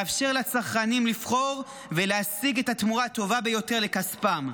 לאפשר לצרכנים לבחור ולהשיג את התמורה הטובה ביותר לכספם.